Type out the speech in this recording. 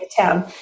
town